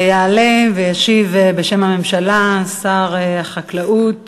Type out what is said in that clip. יעלה וישיב בשם הממשלה שר החקלאות